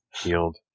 healed